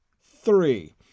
Three